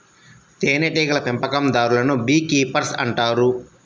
తేనెటీగల పెంపకందారులను bee keepers అంటారు